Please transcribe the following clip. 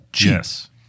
yes